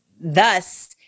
thus